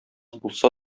булса